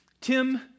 Tim